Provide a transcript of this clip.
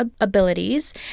abilities